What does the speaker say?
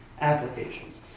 applications